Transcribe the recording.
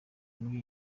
muri